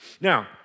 Now